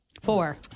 Four